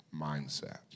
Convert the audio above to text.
mindset